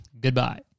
Goodbye